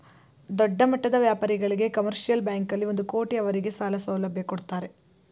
ದೊಡ್ಡಮಟ್ಟದ ವ್ಯಾಪಾರಿಗಳಿಗೆ ಕಮರ್ಷಿಯಲ್ ಬ್ಯಾಂಕಲ್ಲಿ ಒಂದು ಕೋಟಿ ಅವರಿಗೆ ಸಾಲ ಸೌಲಭ್ಯ ಕೊಡ್ತಾರೆ